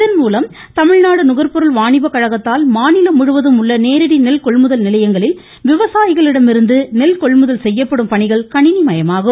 இதன்மூலம் தமிழ்நாடு நுகர்பொருள் வாணிப கழகத்தால் மாநிலம் முழுவதும் உள்ள நேரடி நெல் கொள்முதல் நிலையங்களில் விவசாயிகளிடமிருந்து நெல் கொள்முதல் செய்யப்படும் பணிகள் கணிணி மயமாகும்